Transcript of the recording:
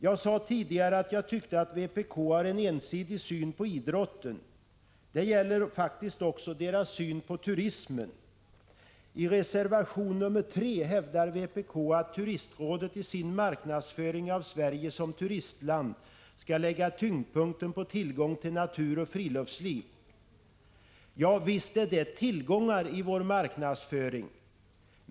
Jag sade tidigare att jag tyckte att vpk har en ensidig syn på idrotten. Det — Prot. 1985/86:139 gäller faktiskt också partiets syn på turismen. I reservation nr 3 hävdar vpk att 13 maj 1986 Turistrådet i sin marknadsföring av Sverige som turistland skall lägga tyngdpunkten på tillgång till natur och friluftsliv. Ja, visst är det tillgångar i vår marknadsföring.